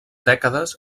dècades